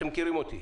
אתם מכירים לי.